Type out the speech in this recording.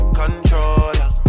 controller